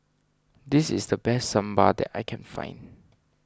this is the best Sambal that I can find